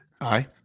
aye